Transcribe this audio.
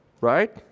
right